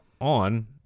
on